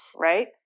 Right